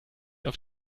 auf